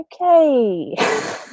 okay